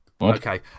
okay